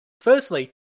Firstly